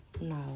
No